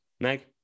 Meg